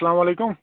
اَسلامُ علیکُم